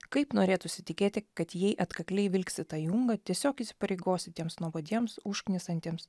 kaip norėtųsi tikėti kad jei atkakliai vilksi tą jungą tiesiog įsipareigosi tiems nuobodiems užknisantiems